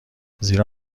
زیرا